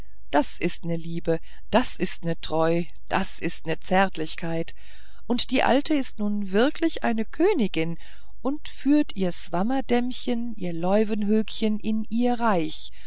das ist ne liebe das ist ne treue das ist ne zärtlichkeit und die alte ist nun wirklich eine königin und führt ihr swammerdämmchen ihr leuwenhoekchen in ihr reich